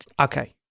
Okay